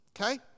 Okay